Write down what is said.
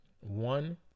one